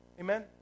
Amen